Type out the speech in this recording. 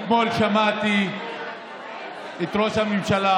אתמול שמעתי את ראש הממשלה,